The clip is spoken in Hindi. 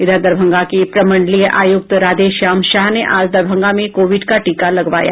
इधर दरभंगा के प्रमंडलीय आयुक्त राधेश्याम शाह ने आज दरभंगा में कोविड का टीका लगवाया